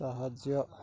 ସାହାଯ୍ୟ